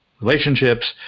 relationships